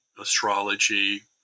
astrology